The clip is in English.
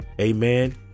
amen